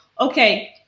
okay